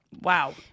Wow